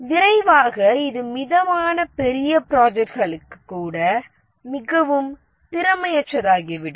விரைவாக இது மிதமான பெரிய ப்ராஜெக்ட்களுக்கு கூட மிகவும் திறமையற்றதாகிவிடும்